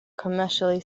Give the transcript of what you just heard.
commercially